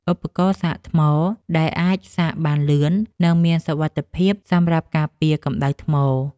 ឧបករណ៍សាកថ្ម ដែលអាចសាកបានលឿន និងមានសុវត្ថិភាពសម្រាប់ការពារកម្ដៅថ្ម។